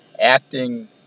acting